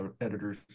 editors